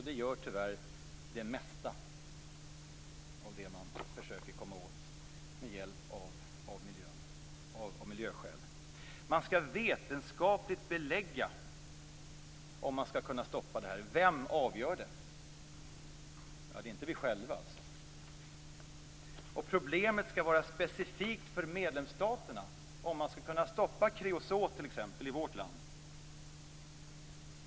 Det gör, tyvärr, det mesta av det som man försöker komma åt med hjälp av miljöskäl. Man skall vetenskapligt belägga detta för att kunna stoppa det här. Vem avgör det? Ja, inte är det vi själva. Problemet skall dessutom vara specifikt för medlemsstaterna för att det skall gå att stoppa t.ex. kreosot i vårt land.